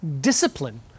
discipline